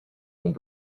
dont